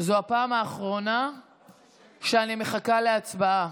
זאת הפעם האחרונה שאני מחכה להצבעה.